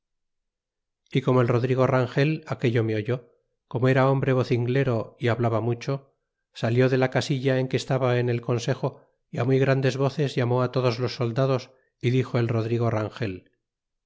y como el rodrigo rangel aquello nie oyó como era hombre vocinglero y hablaba mucho salió de la casilla en que estaba en el consejo a muy grandes voces llamó todos los soldados dixo el rodrigo rangel